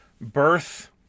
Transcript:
birth